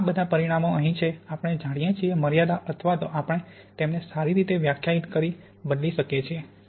અને આ બધા પરિમાણો અહીં છે આપણે જાણીએ છીએ મર્યાદા અથવા તો આપણે તેમને સારી રીતે વ્યાખ્યાયિત કરી બદલી શકીએ છીએ